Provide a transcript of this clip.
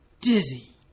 dizzy